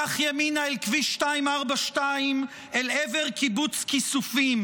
קח ימינה אל כביש 242, אל עבר קיבוץ כיסופים.